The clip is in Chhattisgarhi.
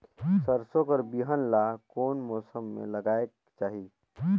सरसो कर बिहान ला कोन मौसम मे लगायेक चाही?